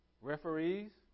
Referees